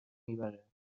میبرد